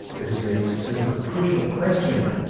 this leads to a crucial question.